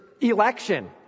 election